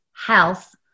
Health